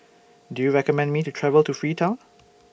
Do YOU recommend Me to travel to Freetown